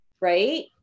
right